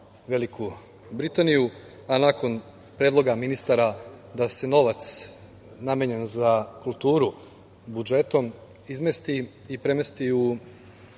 Veliku Britaniju, a nakon predloga ministara da se novac namenjen za kulturu budžetom izmesti i premesti u